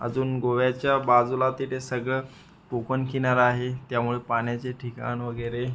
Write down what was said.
अजून गोव्याच्या बाजूला तिथे सगळं ओपन किनारा आहे त्यामुळं पाण्याचे ठिकाण वगैरे